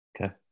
Okay